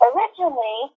Originally